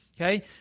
Okay